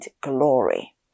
Glory